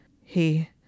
He